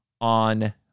on